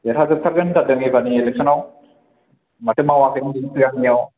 देरहाजोबथारगोन होनथारदों एबारनि इलेक्शनाव माथो मावाखैनो सिगांनियाव